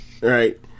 right